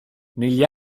negli